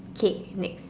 K next